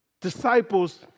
Disciples